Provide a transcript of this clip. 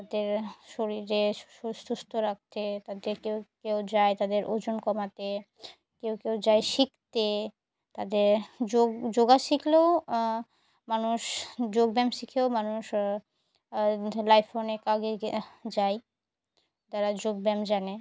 তাদের শরীরে সু সুস্থ রাখতে তাদের কেউ কেউ যায় তাদের ওজন কমাতে কেউ কেউ যায় শিখতে তাদের যোগ যোগা শিখলেও মানুষ যোগব্যায়াম শিখেও মানুষ লাইফে অনেক আগে যায় তারা যোগব্যায়াম জানে